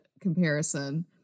comparison